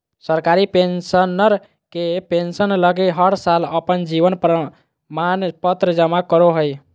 सरकारी पेंशनर के पेंसन लगी हर साल अपन जीवन प्रमाण पत्र जमा करो हइ